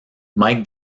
mike